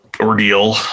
ordeal